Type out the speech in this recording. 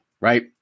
right